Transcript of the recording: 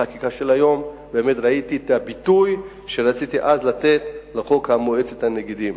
בחקיקה של היום באמת ראיתי את הביטוי שרציתי אז לתת לחוק מועצת הנגידים.